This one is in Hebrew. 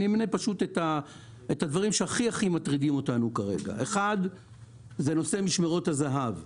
אני אמנה את הדברים שהכי מטרידים אותנו כרגע: 1. משמרות הזה"ב.